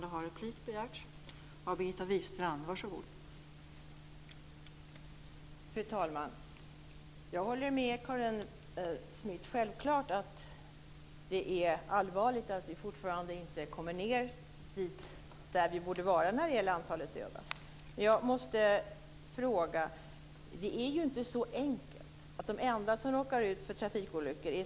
Det har inte alltid haft kopplingen mellan effekt och insats. Fortfarande är den största hälsorisken för våra ungdomar i dag att bli dödade eller skadade i trafikolyckor.